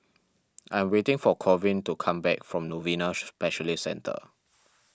I am waiting for Corwin to come back from Novena Specialist Centre